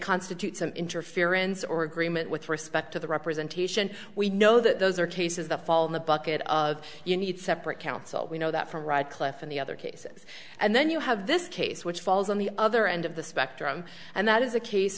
constitute some interference or agreement with respect to the representation we know that those are cases that fall in the bucket of you need separate counsel we know that from right cliff in the other cases and then you have this case which falls on the other end of the spectrum and that is a case